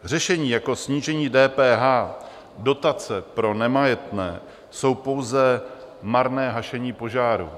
Řešení jako snížení DPH, dotace pro nemajetné, jsou pouze marné hašení požáru.